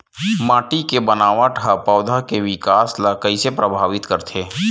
माटी के बनावट हा पौधा के विकास ला कइसे प्रभावित करथे?